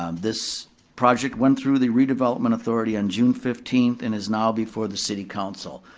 um this project went through the redevelopment authority on june fifteenth and is now before the city council.